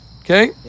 Okay